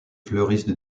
fleurissent